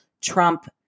Trump